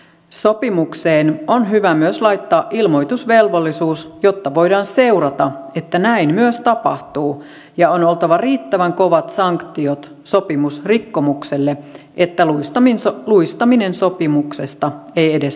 sopimukseen on hyvä myös laittaa ilmoitusvelvollisuus jotta voidaan seurata että näin myös tapahtuu ja on oltava riittävän kovat sanktiot sopimusrikkomukselle että luistaminen sopimuksesta ei edes tule mieleen